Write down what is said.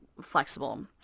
flexible